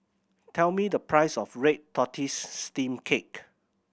tell me the price of red tortoise steamed cake